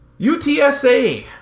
UTSA